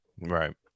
right